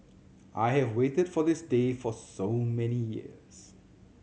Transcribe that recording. I have waited for this day for so many years